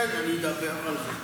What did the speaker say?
כן, אני אדבר על זה.